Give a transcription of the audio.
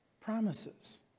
promises